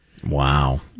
Wow